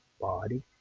body